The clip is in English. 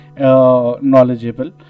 knowledgeable